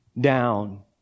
down